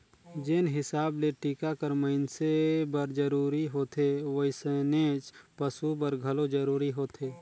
जेन हिसाब ले टिका हर मइनसे बर जरूरी होथे वइसनेच पसु बर घलो जरूरी होथे